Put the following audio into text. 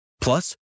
Plus